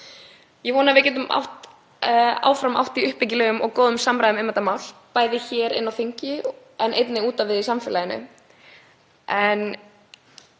Ég vona að við getum áfram átt í uppbyggilegum og góðum samræðum um þetta mál, bæði hér á þingi og einnig út á við í samfélaginu.